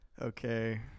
Okay